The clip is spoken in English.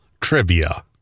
trivia